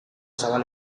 zabal